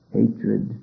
hatred